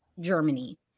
Germany